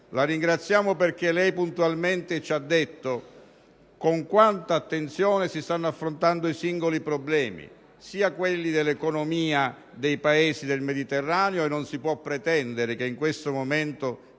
La ringraziamo perché lei puntualmente ci ha detto con quanta attenzione si stanno affrontando i singoli problemi, sia quelli dell'economia dei Paesi del Mediterraneo - non si può pretendere che in questo momento